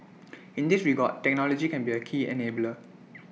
in this regard technology can be A key enabler